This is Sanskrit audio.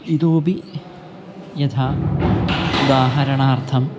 इतोपि यथा उदाहरणार्थं